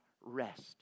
rest